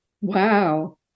Wow